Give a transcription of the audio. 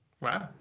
Wow